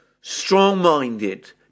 strong-minded